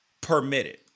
permitted